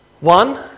One